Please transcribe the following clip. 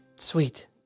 sweet